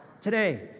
today